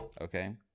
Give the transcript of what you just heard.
okay